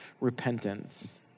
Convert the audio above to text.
repentance